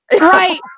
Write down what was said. Right